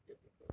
year two girls